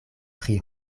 tri